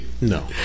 No